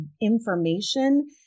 information